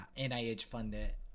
NIH-funded